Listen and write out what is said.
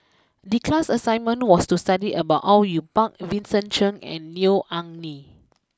the class assignment was to study about Au Yue Pak Vincent Cheng and Neo Anngee